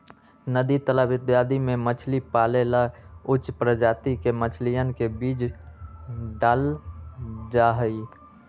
नदी तालाब इत्यादि में मछली पाले ला उच्च प्रजाति के मछलियन के बीज डाल्ल जाहई